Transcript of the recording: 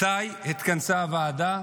מתי התכנסה הוועדה?